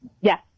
Yes